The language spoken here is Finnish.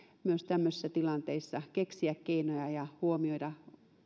myös tämmöisissä tilanteissa keksiä keinoja ja huomioida